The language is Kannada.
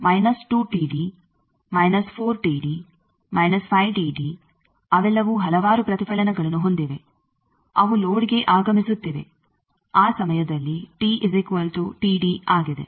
ಆದ್ದರಿಂದ ಅವೆಲ್ಲವೂ ಹಲವಾರು ಪ್ರತಿಫಲನಗಳನ್ನು ಹೊಂದಿವೆ ಅವು ಲೋಡ್ಗೆ ಆಗಮಿಸುತ್ತಿವೆ ಆ ಸಮಯದಲ್ಲಿ ಆಗಿದೆ